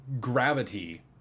gravity